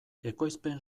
ekoizpen